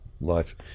life